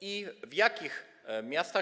i w jakich miastach?